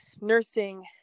nursing